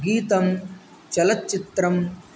गीतं चलच्चित्रं